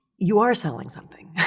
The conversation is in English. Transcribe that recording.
you are selling something